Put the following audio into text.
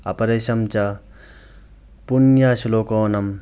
अपरेषां च पुण्यश्लोकानां